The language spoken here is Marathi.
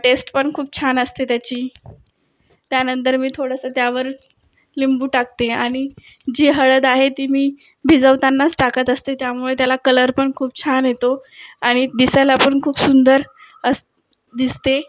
टेस्ट पण खूप छान असते त्याची त्यानंतर मी थोडंसं त्यावर लिंबू टाकते आणि जी हळद आहे ती मी भिजवतानाच टाकत असते त्यामुळे त्याला कलर पण खूप छान येतो आणि दिसायला पण खूप सुंदर असं दिसते